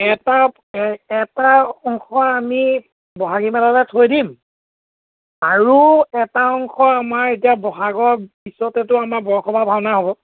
এটা এটা অংশ আমি বহাগী মেলালৈ থৈ দিম আৰু এটা অংশ আমাৰ এতিয়া বহাগৰ পিছতেতো আমাৰ বৰসবাহ ভাওনা হ'ব